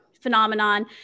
phenomenon